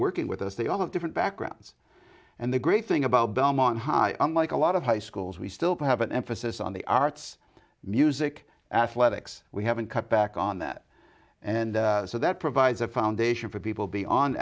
working with us they all have different backgrounds and the great thing about belmont high unlike a lot of high schools we still have an emphasis on the arts music athletics we have and cut back on that and so that provides a foundation for people